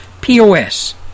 POS